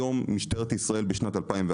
היום משטרת ישראל בשנת 2021,